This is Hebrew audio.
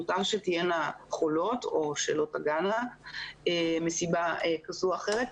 מותר שתהיינה חולות או שלא תגענה מסיבה כזו או אחרת,